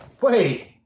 Wait